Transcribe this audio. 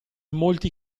molti